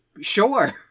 Sure